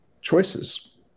choices